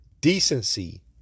decency